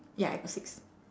ya I got six